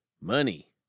money